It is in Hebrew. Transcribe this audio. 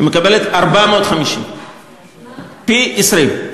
היא מקבלת 450. פי-20.